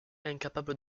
incapable